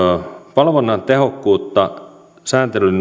valvonnan tehokkuutta sääntelyn